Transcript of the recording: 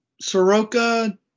Soroka